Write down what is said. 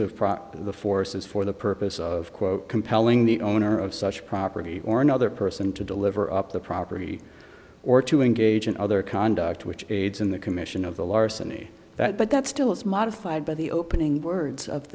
prop the force is for the purpose of quote compelling the owner of such property or another person to deliver up the property or to engage in other conduct which aids in the commission of the larceny that but that still is modified by the opening words of